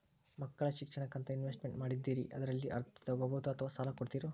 ಮಕ್ಕಳ ಶಿಕ್ಷಣಕ್ಕಂತ ಇನ್ವೆಸ್ಟ್ ಮಾಡಿದ್ದಿರಿ ಅದರಲ್ಲಿ ಅರ್ಧ ತೊಗೋಬಹುದೊ ಅಥವಾ ಸಾಲ ಕೊಡ್ತೇರೊ?